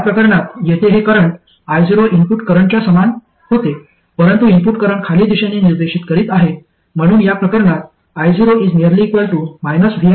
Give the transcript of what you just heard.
या प्रकरणात येथे हे करंट io इनपुट करंटच्या समान होते परंतु इनपुट करंट खाली दिशेने निर्देशित करीत आहे म्हणून या प्रकरणात io viRs